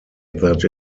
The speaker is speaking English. that